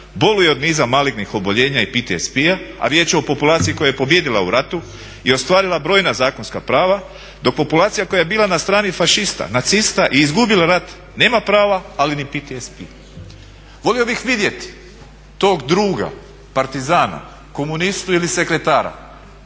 boluje od niza malignih oboljenja i PTSP-a a riječ je o populaciji koja je pobijedila u ratu i ostvarila brojna zakonska prava, dok populacija koja je bila na strani fašista, nacista i izgubila rat nema prava, ali niti PTSP." Volio bih vidjeti tog druga, partizana, komunistu ili sekretara,